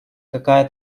какая